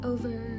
Over